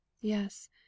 Yes